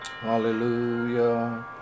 Hallelujah